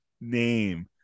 name